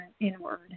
inward